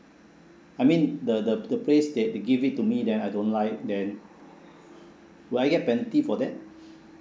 I mean the the the place that they give it to me then I don't like then do I get penalty for that